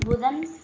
புதன்